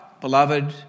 beloved